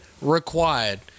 required